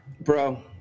Bro